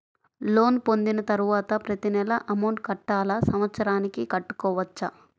Loan పొందిన తరువాత ప్రతి నెల అమౌంట్ కట్టాలా? సంవత్సరానికి కట్టుకోవచ్చా?